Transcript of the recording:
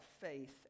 faith